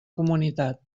comunitat